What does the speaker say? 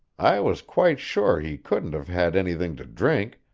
i was quite sure he couldn't have had anything to drink,